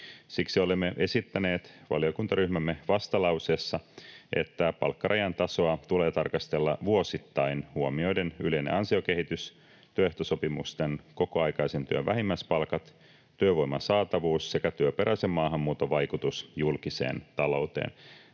Siksi olemme esittäneet valiokuntaryhmämme vastalauseessa, että palkkarajan tasoa tulee tarkastella vuosittain huomioiden yleinen ansiokehitys, työehtosopimusten kokoaikaisen työn vähimmäispalkat, työvoiman saatavuus sekä työperäisen maahanmuuton vaikutus julkiseen talouteen.